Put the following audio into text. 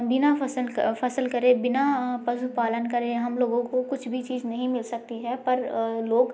बिना फसल फसल करें बिना पशुपालन करें हम लोगों को कुछ भी चीज नहीं मिल सकती है पर लोग